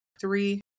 three